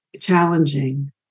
challenging